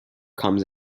comes